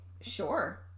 Sure